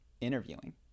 interviewing